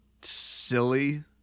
silly